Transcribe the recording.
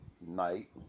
night